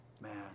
man